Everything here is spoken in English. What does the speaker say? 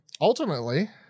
ultimately